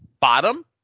Bottom